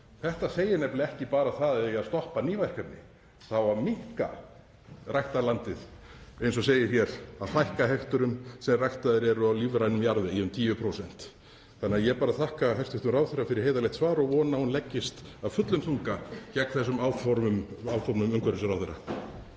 Þetta segir nefnilega ekki bara að það eigi að stoppa ný verkefni, það á að minnka ræktarlandið, eins og segir hér, „fækka hekturum sem ræktaðir eru á lífrænum jarðveg um 10%“. Þannig að ég þakka bara hæstv. ráðherra fyrir heiðarlegt svar og vona að hún leggist af fullum þunga gegn þessum áformum umhverfisráðherra.